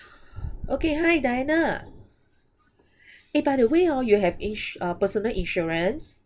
okay hi diana eh by the way hor you have ins~ uh personal insurance